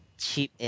cheap